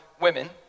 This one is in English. women